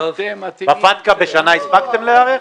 לפטקא בשנה הספקתם להיערך?